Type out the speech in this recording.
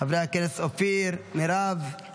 חברי הכנסת אופיר, מירב, זה מפריע.